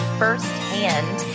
firsthand